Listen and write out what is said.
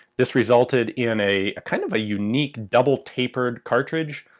this resulted in a a kind of a unique double tapered cartridge.